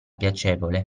piacevole